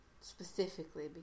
specifically